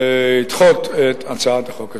לדחות את הצעת החוק הזאת.